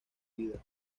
vidas